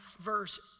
verse